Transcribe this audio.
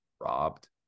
robbed